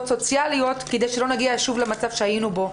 סוציאליות כדי שלא נגיע שוב למצב שהיינו בו.